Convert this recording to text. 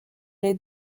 les